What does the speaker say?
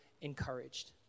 encouraged